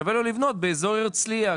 שווה לו לבנות באזור הרצליה,